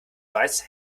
weiß